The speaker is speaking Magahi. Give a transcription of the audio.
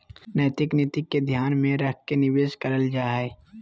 नैतिक नीति के ध्यान में रख के निवेश करल जा हइ